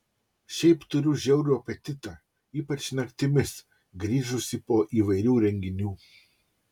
šiaip turiu žiaurų apetitą ypač naktimis grįžusi po įvairių renginių